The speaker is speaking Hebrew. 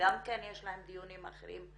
כן יש להם דיונים אחרים,